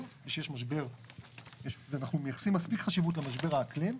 ואנחנו מייחסים מספיק חשיבות למשבר האקלים,